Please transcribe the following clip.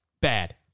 bad